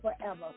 forever